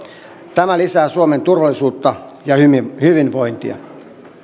tämä lisää suomen turvallisuutta ja hyvinvointia